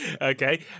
Okay